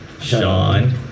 Sean